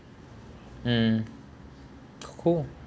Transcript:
mm cool